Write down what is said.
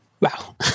Wow